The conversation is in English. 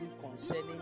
concerning